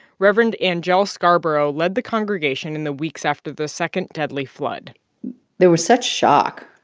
reverend anjel scarborough led the congregation in the weeks after the second deadly flood there was such shock.